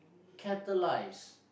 catalyse